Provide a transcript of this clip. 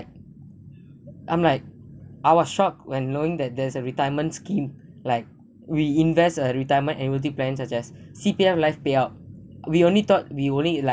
I'm like I was shocked when knowing that there's a retirement scheme like we invest a retirement annuity plan such as C_P_F life payout we only thought we only like